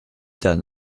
dann